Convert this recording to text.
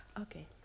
okay